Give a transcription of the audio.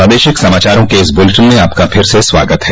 प्रादेशिक समाचारों के इस बुलेटिन में आपका फिर से स्वागत है